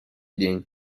день